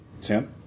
Sam